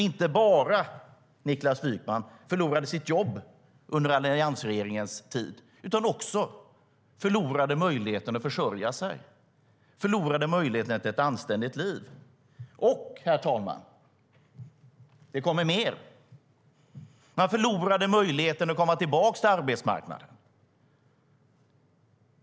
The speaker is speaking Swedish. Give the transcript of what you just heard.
De förlorade inte bara sitt jobb under alliansregeringens tid, Niklas Wykman, utan också möjligheten att försörja sig och möjligheterna till ett anständigt liv. Och det kommer mer, herr talman: De förlorade möjligheten att komma tillbaka till arbetsmarknaden.